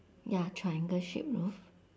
ya triangle shape roof